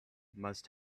must